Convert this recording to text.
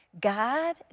God